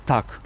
Tak